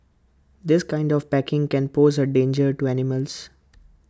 this kind of packaging can pose A danger to animals